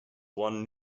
won